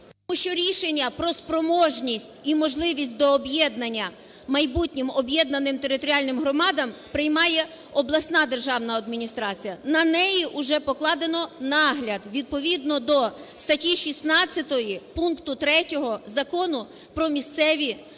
Тому що рішення про спроможність і можливість до об'єднання майбутнім об'єднаним територіальним громадам приймає обласна державна адміністрація. На неї уже покладено нагляд відповідно до статті 16 пункту 3 Закону "Про місцеві державні